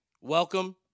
welcome